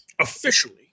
officially